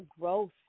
growth